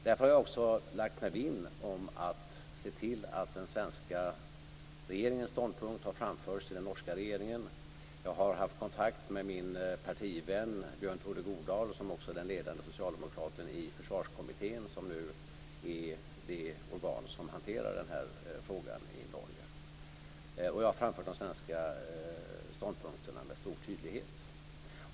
Därför har jag också lagt mig vinn om att se till att den svenska regeringens ståndpunkt har framförts till den norska regeringen. Jag har haft kontakt med min partivän Bjørn Tore Godal, som också är den ledande socialdemokraten i Forsvarskommiteen, som nu är det organ som hanterar denna fråga i Norge. Jag har framfört de svenska ståndpunkterna med stor tydlighet.